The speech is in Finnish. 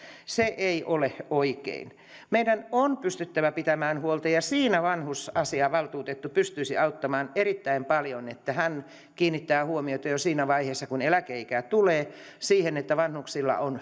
se ei ole oikein meidän on pystyttävä pitämään huolta ja siinä vanhusasiavaltuutettu pystyisi auttamaan erittäin paljon niin että hän kiinnittäisi huomiota jo siihen vaiheeseen kun eläkeikä tulee siihen että vanhuksilla on